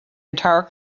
entire